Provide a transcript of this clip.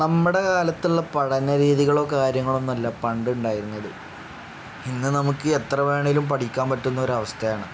നമ്മുടെ കാലത്തുള്ള പഠന രീതികളോ കാര്യങ്ങളും ഒന്നുമല്ല പണ്ട് ഉണ്ടായിരുന്നത് ഇന്ന് നമുക്ക് എത്ര വേണമെങ്കിലും പഠിക്കാൻ പറ്റുന്ന ഒരവസ്ഥയാണ്